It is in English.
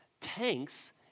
tanks